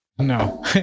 No